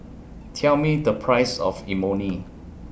Tell Me The Price of Imoni